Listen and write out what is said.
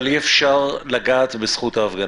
אבל אי אפשר לגעת בזכות ההפגנה,